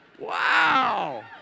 Wow